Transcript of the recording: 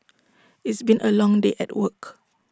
it's been A long day at work